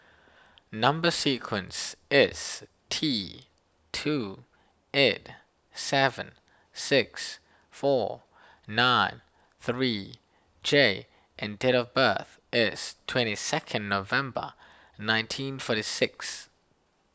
Number Sequence is T two eight seven six four nine three J and date of birth is twenty second November nineteen forty six